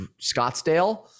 Scottsdale